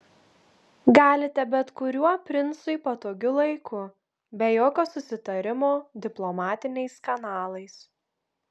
galite bet kuriuo princui patogiu laiku be jokio susitarimo diplomatiniais kanalais